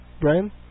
Brian